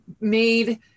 made